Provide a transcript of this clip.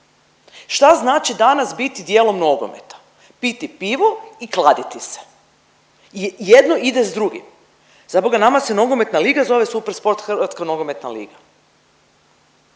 Šta znači danas biti dijelom nogometa? Piti pivu i kladiti se i jedno ide s drugim. Zaboga nama se nogometna zove Super sport Hrvatska nogometna liga.